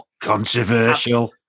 Controversial